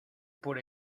por